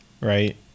right